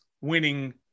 winning